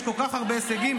יש כל כך הרבה הישגים,